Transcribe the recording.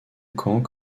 camp